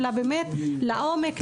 אלא באמת לעומק,